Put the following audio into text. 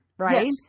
right